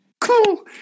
Cool